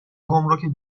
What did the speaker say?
گمرک